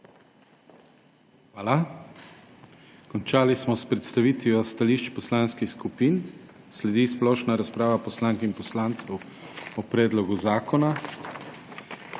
HOT: Končali smo s predstavitvijo stališč poslanskih skupin. Sledi splošna razprava poslank in poslancev o predlogu zakona.